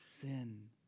sin